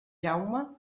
jaume